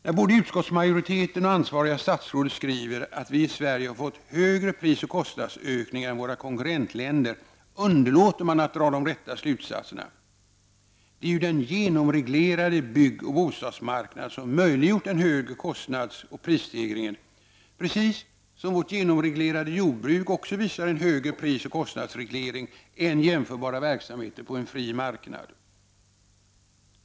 När både utskottsmajoriteten och det ansvariga statsrådet skriver att vi i Sverige har fått högre prisoch kostnadsökningar än våra konkurrentländer underlåter man att dra de rätta slutsatserna. Det är ju den genomreglerade byggoch bostadsmarknaden som möjliggjort den högre kostnadsoch prisstegringen, precis som vårt genomreglerade jordbruk också visar en högre prisoch kostnadsutveckling än jämförbara verksamheter på fria marknader.